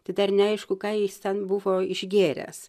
tai dar neaišku ką jis ten buvo išgėręs